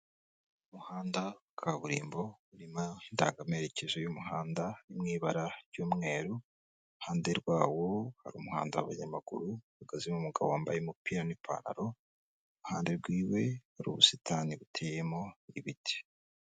Umuhanda wa kaburimbo urimo indangamerekezo y'umuhanda, uri mu ibara ry'umweru, iruhande rwawo hari umuhanda w'abanyamaguru uhagazemo umugabo wambaye umupira n'ipantaro, iruhande rwiwe hari ubusitani buteyemo ibiti.